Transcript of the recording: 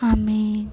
ଆମେ